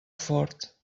fort